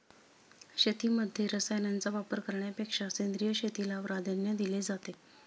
शेतीमध्ये रसायनांचा वापर करण्यापेक्षा सेंद्रिय शेतीला प्राधान्य दिले जाते